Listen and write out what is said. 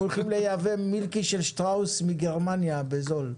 אנחנו נייבא מילקי של שטראוס מגרמניה בזול.